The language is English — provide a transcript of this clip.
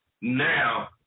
Now